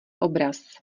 obraz